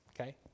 okay